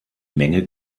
menge